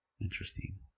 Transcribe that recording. Interesting